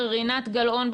רינת גל-און,